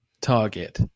target